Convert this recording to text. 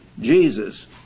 Jesus